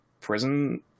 prison